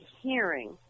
hearing